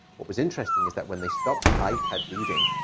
what was interesting is that when they stopped the ipad reading,